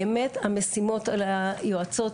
באמת המשימות על היועצות,